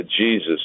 Jesus